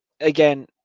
again